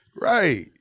Right